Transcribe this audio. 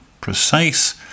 precise